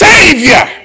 Savior